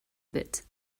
bit